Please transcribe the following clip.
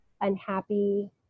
unhappy